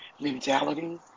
mentality